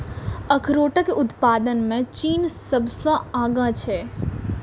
अखरोटक उत्पादन मे चीन सबसं आगां छै